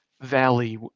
valley